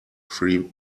free